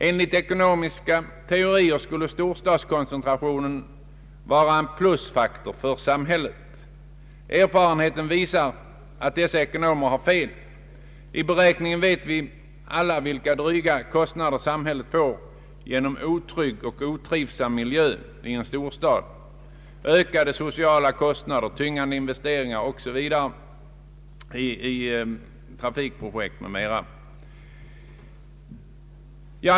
Enligt ekonomiska teorier skulle en storstadskoncentration vara en plusfaktor för samhället. Erfarenheten visar att ekonomerna har fel. I beräkningen vet vi alla vilka dryga kostnader samhället får genom otrygg och otrivsam miljö i en storstad, genom ökade sociala kostnader och tyngande investeringar i trafikprojekt m.m.